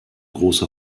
große